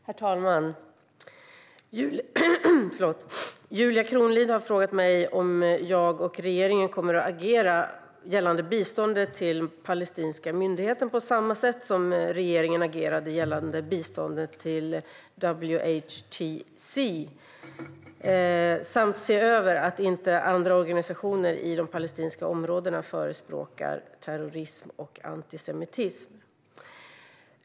Svar på interpellationer Herr talman! Julia Kronlid har frågat mig om jag och regeringen kommer att agera gällande biståndet till palestinska myndigheten på samma sätt som regeringen agerade gällande biståndet till WATC samt se över att inte andra organisationer i de palestinska områdena förespråkar terrorism och antisemitism.